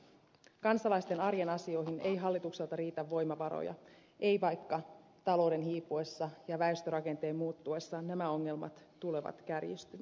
kansalaisten arjen asioihin ei hallitukselta riitä voimavaroja ei vaikka talouden hiipuessa ja väestörakenteen muuttuessa nämä ongelmat tulevat kärjistymään